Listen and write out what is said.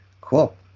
cool